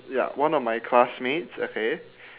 ya one of my classmates okay